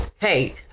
Hey